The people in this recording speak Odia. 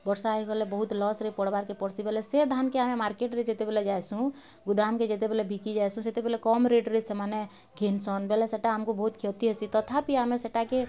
ବର୍ଷା ହେଇଗଲେ ବହୁତ୍ ଲସ୍ରେ ପଡ଼ବାର୍କେ ପଡ଼ସି ବୋଲେ ସେ ଧାନ୍ କେଁ ଆମେ ମାର୍କେଟ୍ରେ ଯେତେବେଲେ ଯାଇସୁଁ ଗୁଦାମ୍କେ ଯେତେବେଲେ ବିକି ଯାଇସୁଁ ସେତେବେଲେ କମ୍ ରେଟ୍ରେ ସେମାନେ ଘିନସନ୍ ବେଲେ ସେଟା ଆମକୁ ବୋହୁତ୍ କ୍ଷତି ହେସି ତଥାପି ଆମେ ସେଟାକେ